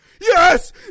yes